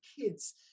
kids